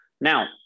Now